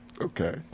Okay